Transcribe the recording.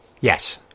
Yes